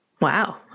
Wow